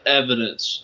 evidence